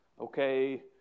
okay